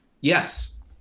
Yes